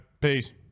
Peace